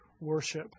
worship